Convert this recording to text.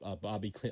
Bobby